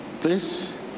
please